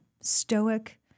stoic